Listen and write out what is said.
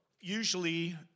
usually